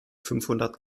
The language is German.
fünfhundert